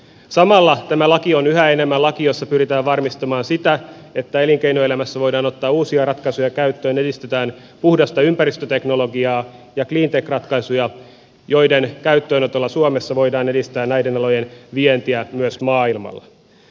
samalla tämä laki on yhä enemmän laki jossa pyritään varmistamaan sitä että elinkeinoelämässä voidaan ottaa uusia ratkaisuja käyttöön edistetään puhdasta ympäristöteknologiaa ja cleantech ratkaisuja joiden käyttöönotolla suomessa voidaan edistää näiden alojen vientiä myös maailmalle